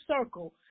circle